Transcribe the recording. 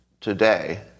today